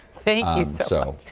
thank you so